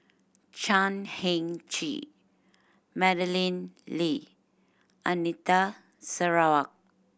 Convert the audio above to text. Chan Heng Chee Madeleine Lee Anita Sarawak